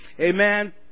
Amen